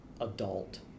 adult